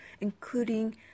including